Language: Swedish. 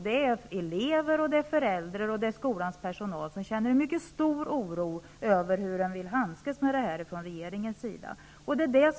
Det är elever, det är föräldrar, och det är skolans personal, som känner mycket stor oro över hur man från regeringens sida vill handskas med det här.